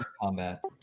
combat